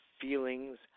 feelings